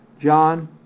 John